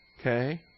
Okay